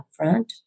upfront